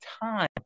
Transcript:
time